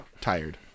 tired